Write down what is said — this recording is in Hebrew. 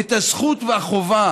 את הזכות והחובה